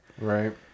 Right